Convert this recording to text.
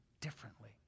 differently